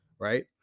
right